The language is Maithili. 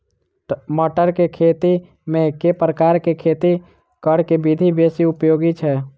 मटर केँ खेती मे केँ प्रकार केँ खेती करऽ केँ विधि बेसी उपयोगी छै?